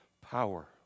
power